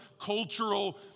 cultural